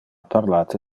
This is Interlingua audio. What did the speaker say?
parlate